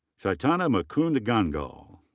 chaitanya mukund gangal.